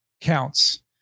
counts